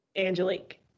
Angelique